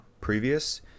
previous